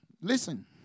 Listen